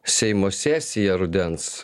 seimo sesija rudens